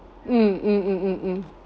mm mm mm mm mm